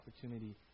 opportunity